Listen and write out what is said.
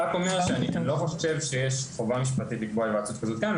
אני רק אומר שאני לא חושב שיש חובה משפטית לקבוע היוועצות כזאת כאן.